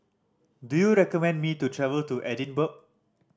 do you recommend me to travel to Edinburgh